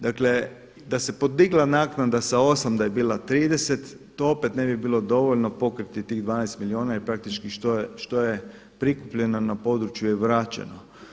Dakle, da se podigla naknada sa 8 da je bila 30 to opet ne bi bilo dovoljno pokriti tih 12 milijuna i praktički što je prikupljeno na području je vraćeno.